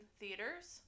theaters